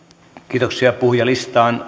kiitoksia puhujalistaan